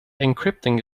encrypting